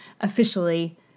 officially